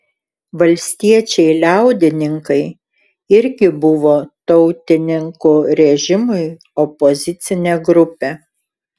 valstiečiai liaudininkai irgi buvo tautininkų režimui opozicinė grupė